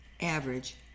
average